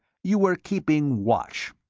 you were keeping watch.